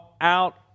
out